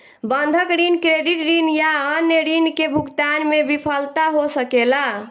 बंधक ऋण, क्रेडिट ऋण या अन्य ऋण के भुगतान में विफलता हो सकेला